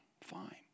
Fine